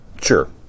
Sure